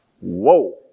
Whoa